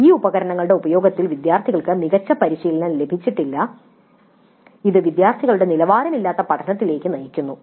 ഈ ഉപകരണങ്ങളുടെ ഉപയോഗത്തിൽ വിദ്യാർത്ഥികൾക്ക് മികച്ച പരിശീലനം ലഭിച്ചിട്ടില്ല ഇത് വിദ്യാർത്ഥികളുടെ നിലവാരമില്ലാത്ത പഠനത്തിലേക്ക് നയിക്കുന്നു